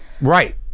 Right